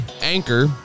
anchor